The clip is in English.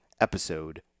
episode